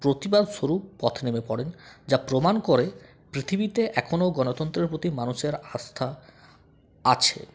প্রতিবাদস্বরূপ পথে নেমে পড়েন যা প্রমাণ করে পৃথিবীতে এখনও গণতন্ত্রের প্রতি মানুষের আস্থা আছে